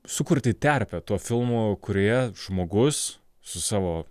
sukurti terpę tuo filmu kurioje žmogus su savo